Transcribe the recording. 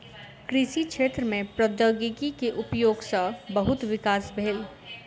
कृषि क्षेत्र में प्रौद्योगिकी के उपयोग सॅ बहुत विकास भेल